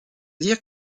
dire